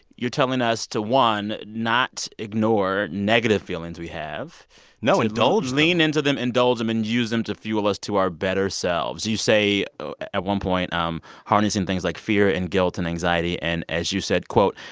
you're telling us to, one, not ignore negative feelings we have no, indulge them lean into them, indulge them and use them to fuel us to our better selves. you say at one point um harnessing things like fear and guilt and anxiety, and as you said, quote,